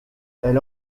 elle